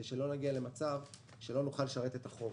כדי שלא נגיע למצב שלא נוכל לשרת את החוב.